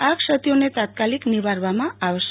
આ ક્ષતિઓને તાત્કાલિક નિવારવામાં આવશે